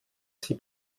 sie